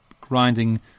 grinding